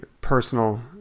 personal